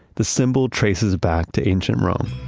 the symbol traces back to ancient rome.